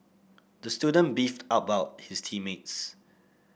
the student beefed about his team mates